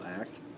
act